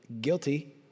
guilty